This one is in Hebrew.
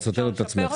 את סותרת את עצמך,